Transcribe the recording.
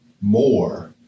more